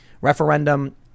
Referendum